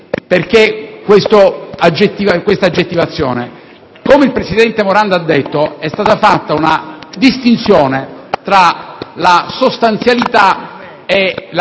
Perché questa aggettivazione? Come ha spiegato il presidente Morando, è stata fatta una distinzione tra la sostanzialità e la